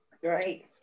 Great